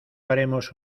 haremos